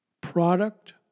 product